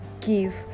give